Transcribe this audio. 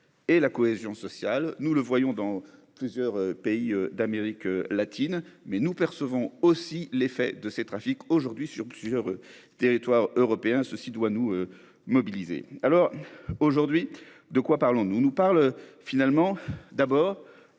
et la cohésion sociale. Nous le voyons dans plusieurs pays d'Amérique latine mais nous percevons aussi l'effet de ces trafics aujourd'hui sur. Territoire européen. Ceci doit nous mobiliser. Alors, aujourd'hui, de quoi parlons-nous nous parle finalement d'abord